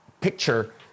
picture